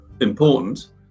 important